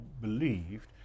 believed